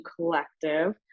Collective